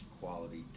quality